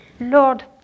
Lord